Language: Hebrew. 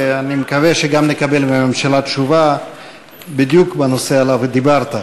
ואני מקווה שגם נקבל מהממשלה תשובה בדיוק בנושא שעליו דיברת.